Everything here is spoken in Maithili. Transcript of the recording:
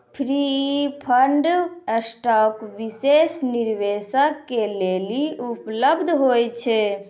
प्रिफर्ड स्टाक विशेष निवेशक के लेली उपलब्ध होय छै